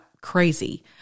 crazy